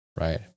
right